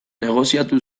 negoziatu